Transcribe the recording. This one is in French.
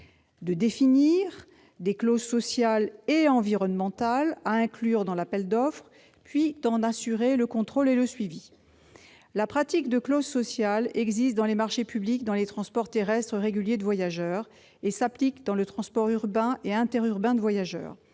de définir des clauses sociales et environnementales à inclure dans l'appel d'offres, puis d'en assurer le contrôle et le suivi. La pratique de clauses sociales existe dans les marchés publics dans les transports terrestres réguliers de voyageurs et s'applique dans le transport urbain et interurbain de voyageurs.